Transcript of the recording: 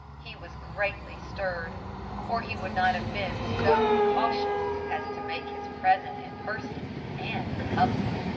he was greatly stirred or he would not have been so incautious as to make his present in person and in public.